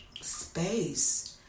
space